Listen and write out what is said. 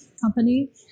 company